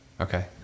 Okay